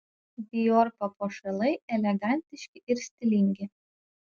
dior papuošalai elegantiški ir stilingi